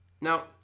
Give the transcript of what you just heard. Now